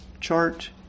chart